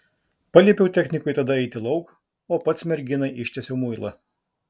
paliepiau technikui tada eiti lauk o pats merginai ištiesiau muilą